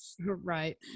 Right